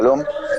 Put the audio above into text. שלום.